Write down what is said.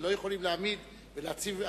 ולא יכולים להעמיד ולהציב.